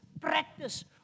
practice